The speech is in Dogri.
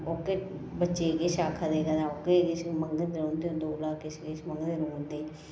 ओह् केह् बच्चें गी किश आखा दे कदें ओह्की किश मंगा दे जां उं'दे कोलां किश किश मंगदे रौंह्दे